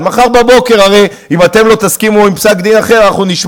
הבעיה היא שאתה בן-אדם ממלכתי, ואתה איימת.